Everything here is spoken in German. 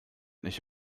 nicht